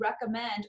recommend